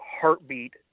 heartbeat